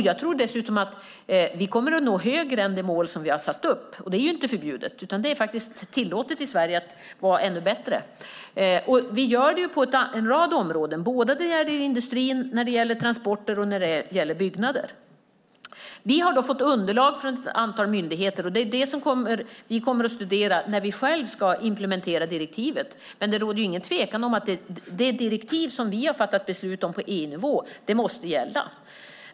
Jag tror dessutom att vi kommer att nå högre än det mål som har satts upp, och det är inte förbjudet. Det är faktiskt tillåtet i Sverige att vara ännu bättre. Vi gör det på en rad områden när det gäller industrin, transporter och byggnader. Vi har fått underlag från ett antal myndigheter som vi kommer att studera när vi själva ska implementera direktivet. Men det råder ingen tvekan om att det direktiv som vi har fattat beslut om på EU-nivå måste gälla.